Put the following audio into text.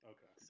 Okay